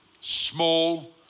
small